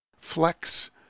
Flex